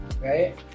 right